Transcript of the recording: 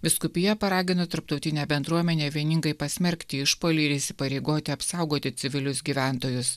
vyskupija paragino tarptautinę bendruomenę vieningai pasmerkti išpuolį ir įsipareigoti apsaugoti civilius gyventojus